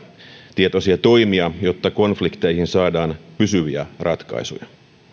määrätietoisia toimia jotta konflikteihin saadaan pysyviä ratkaisuja